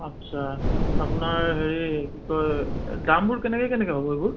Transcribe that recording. আচ্ছা আপোনাৰ হেৰি কি কয় দামবোৰ কেনেকৈ কেনেকৈ হ'ব এইবোৰ